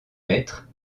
mètre